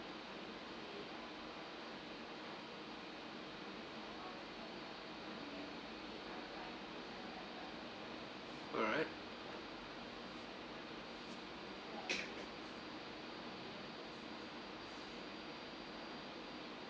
alright